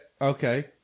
okay